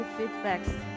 feedbacks